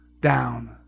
down